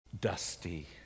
dusty